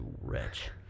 wretch